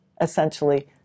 essentially